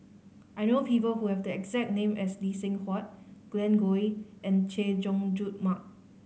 I know people who have the exact name as Lee Seng Huat Glen Goei and Chay Jung Jun Mark